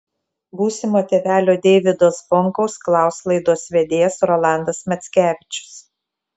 būsimo tėvelio deivydo zvonkaus klaus laidos vedėjas rolandas mackevičius